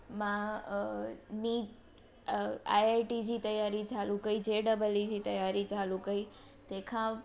मां अ नी अ आई आई टी जी तयारी चालू कई जे डबल ई जी तयारी चालू कई तंहिंखां